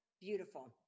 Beautiful